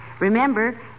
Remember